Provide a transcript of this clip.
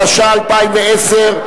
התש"ע 2010,